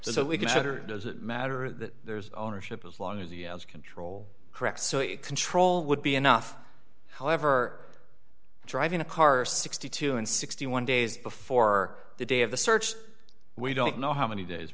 so we consider does it matter that there's ownership as long as he has control correct so it control would be enough however driving a car sixty two and sixty one days before the day of the search we don't know how many days